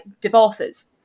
divorces